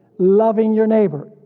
loving your neighbor.